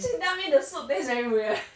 she tell me the soup taste very weird